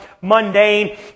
mundane